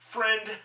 Friend